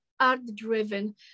art-driven